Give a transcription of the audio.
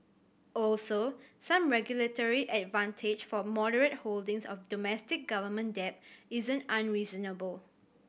also some regulatory advantage for moderate holdings of domestic government debt isn't unreasonable